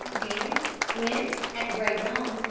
and when, at grey dawn,